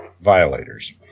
violators